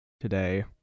today